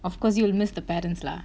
of course you will miss the parents lah